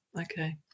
Okay